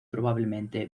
probablemente